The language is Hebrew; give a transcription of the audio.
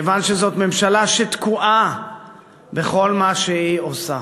כיוון שזו ממשלה שתקועה בכל מה שהיא עושה.